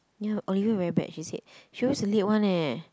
ya Olivia very bad she said she always late one leh